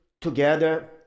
together